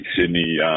Sydney